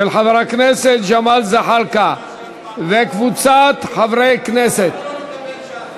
של חבר הכנסת ג'מאל זחאלקה וקבוצת חברי הכנסת.